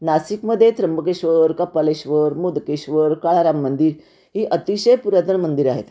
नाशिकमध्ये त्र्यंबकेश्वर कपालेश्वर मोदकेश्वर काळाराम मंदिर ही अतिशय पुरातन मंदिरं आहेत